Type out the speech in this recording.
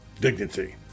Dignity